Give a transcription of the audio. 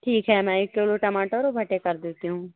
ठीक है मैं एक किलो टमाटर और भुट्टे कर देती हूँ